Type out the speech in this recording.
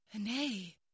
Nay